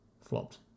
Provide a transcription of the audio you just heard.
flopped